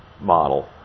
model